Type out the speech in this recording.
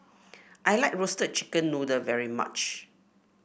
I like roast chicken noodle very much